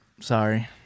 Sorry